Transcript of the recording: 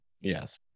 yes